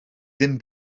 ddim